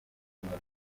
canada